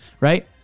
right